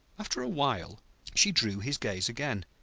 after a while she drew his gaze again,